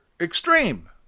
extreme